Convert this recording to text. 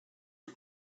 for